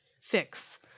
fix